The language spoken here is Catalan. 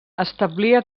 establia